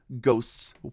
Ghosts